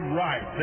right